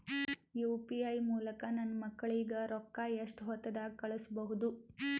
UPI ಮೂಲಕ ನನ್ನ ಮಕ್ಕಳಿಗ ರೊಕ್ಕ ಎಷ್ಟ ಹೊತ್ತದಾಗ ಕಳಸಬಹುದು?